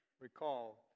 recall